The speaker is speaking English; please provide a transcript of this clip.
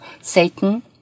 Satan